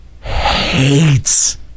hates